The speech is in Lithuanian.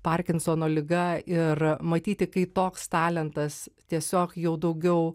parkinsono liga ir matyti kai toks talentas tiesiog jau daugiau